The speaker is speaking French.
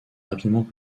rapidement